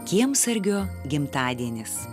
kiemsargio gimtadienis